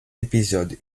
épisode